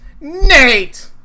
Nate